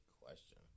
question